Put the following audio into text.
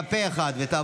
הצבעה.